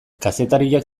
kazetariak